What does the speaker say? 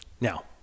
Now